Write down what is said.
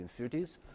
1930s